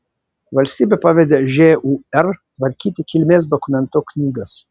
valstybė pavedė žūr tvarkyti kilmės dokumentų knygas